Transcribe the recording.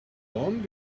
blonde